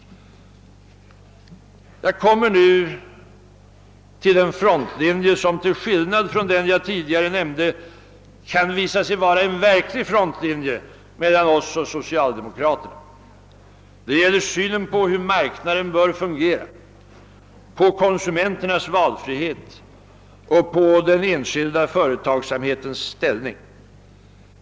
Jag kommer nu till en frontlinje som till skillnad från den jag tidigare nämnde kan visa sig vara en verklig frontlinje mellan oss och socialdemokraterna. Den gäller synen på hur marknaden bör fungera, på konsumenternas valfrihet och på den enskilda företagsamhetens ställning.